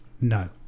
No